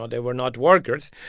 ah they were not workers.